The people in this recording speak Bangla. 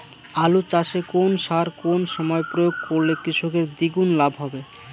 আলু চাষে কোন সার কোন সময়ে প্রয়োগ করলে কৃষকের দ্বিগুণ লাভ হবে?